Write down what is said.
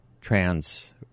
trans